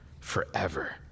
forever